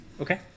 Okay